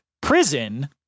prison